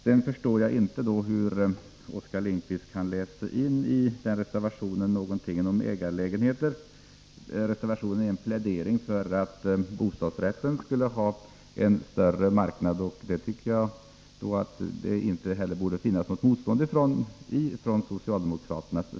Sedan förstår jag inte hur Oskar Lindkvist i den reservationen kan läsa in något om ägarlägenheter. Reservationen är en plädering för att bostadsrätten skall ha en större marknad, och det borde inte finnas något motstånd mot det från socialdemokraterna.